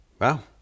Wow